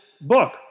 book